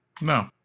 No